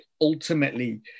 ultimately